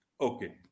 Okay